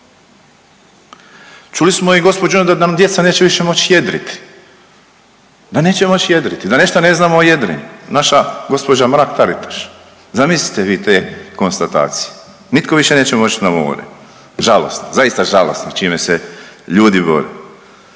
Čuli smo i gospođu da nam djeca neće više moći jedriti, da nešto ne znamo o jedrenju. Naša gospođa Mrak-Taritaš, zamislite vi te konstatacije, nitko više neće moći na more. Žalosno, zaista žalosno čime se ljudi bave.